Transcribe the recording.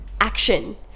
action